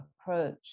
approach